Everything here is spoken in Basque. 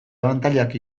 abantailak